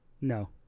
No